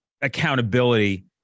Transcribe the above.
accountability